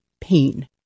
pain